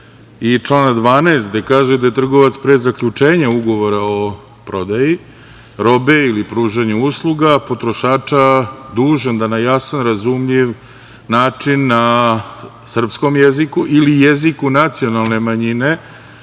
i člana 12. koji kaže da je trgovac pre zaključenja ugovora o prodaji robe ili pružanju usluga potrošaču dužan da na jasan, razumljiv način na srpskom jeziku ili jeziku nacionalne manjine,